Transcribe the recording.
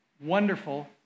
wonderful